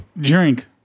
Drink